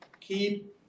keep